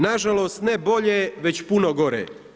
Nažalost ne bolje, već puno gore.